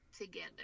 together